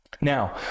Now